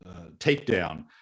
takedown